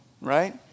Right